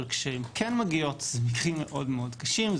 אבל כשהן כן מגיעות זה מקרים מאוד-מאוד קשים.